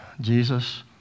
jesus